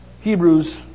Hebrews